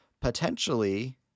potentially